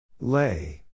Lay